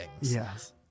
Yes